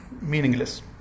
meaningless